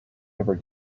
ever